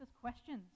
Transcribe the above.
questions